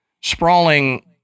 sprawling